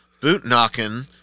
boot-knocking